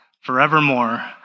forevermore